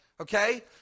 okay